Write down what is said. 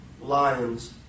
lions